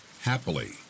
Happily